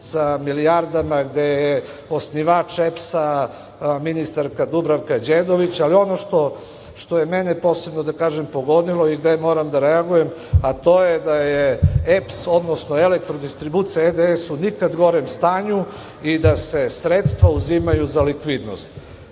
sa milijardama, gde je osnivač EPS-a ministarka Dubravka Đedović, ali ono što je mene posebno pogodilo i gde moram da reagujem, a to je da je EPS, odnosno Elektrodistribucija u nikad gorem stanju i da se sredstva uzimaju za likvidnost. Gospodo,